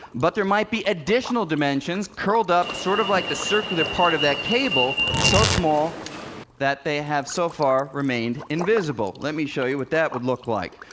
but there might be additional dimensions curled up, sort of like the circular part of that cable, so small that they have so far remained invisible. let me show you what that would look like.